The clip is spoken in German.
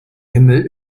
himmel